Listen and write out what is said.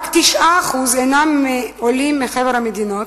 רק 9% הן של עולים מחבר המדינות,